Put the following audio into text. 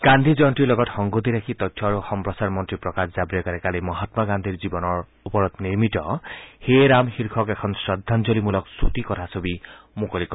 গান্ধী জয়ন্তীৰ লগত সংগতি ৰাখি তথ্য আৰু সম্প্ৰচাৰ মন্ত্ৰী প্ৰকাশ জাভ্ৰেকাৰে মহামা গান্ধীৰ জীৱনৰ ওপৰত নিৰ্মিত হে ৰাম শীৰ্ষক এখন শ্ৰদ্ধাঞ্জলিমূলক চুটী কথাছবি মুকলি কৰে